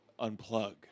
unplug